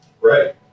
Right